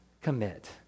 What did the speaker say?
commit